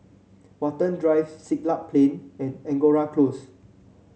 Watten Drive Siglap Plain and Angora Close